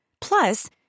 Plus